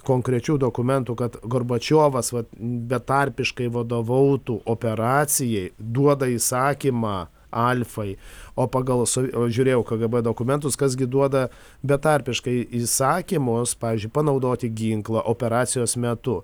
konkrečių dokumentų kad gorbačiovas vat betarpiškai vadovautų operacijai duoda įsakymą alfai o pagal su o žiūrėjau kgb dokumentus kas gi duoda betarpiškai įsakymus pavyzdžiui panaudoti ginklą operacijos metu